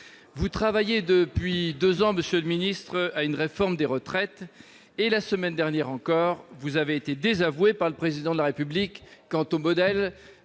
vous travaillez depuis deux ans à une réforme des retraites et, la semaine dernière encore, vous avez été désavoué par le Président de la République quant au modèle